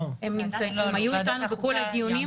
הם היו אתנו בכל הדיונים,